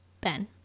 Ben